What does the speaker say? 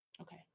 okay